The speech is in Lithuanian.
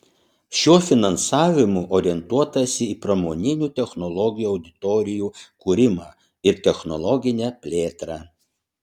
šiuo finansavimu orientuotasi į pramoninių technologijų auditorijų kūrimą ir technologinę plėtrą